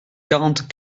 quarante